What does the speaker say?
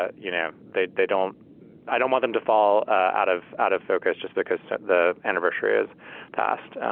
ah you know, they they don't i don't want them to fall ah out of out of focus just because the anniversary is passed.